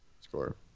Score